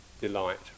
delight